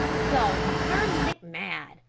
the dogs run like mad,